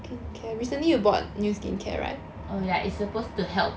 oh yeah it's supposed to help